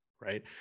right